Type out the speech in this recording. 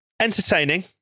entertaining